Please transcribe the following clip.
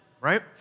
right